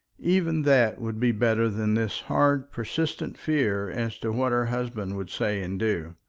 even that would be better than this hard persistent fear as to what her husband would say and do.